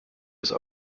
des